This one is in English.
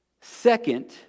Second